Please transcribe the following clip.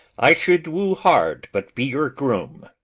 i should woo hard but be your groom.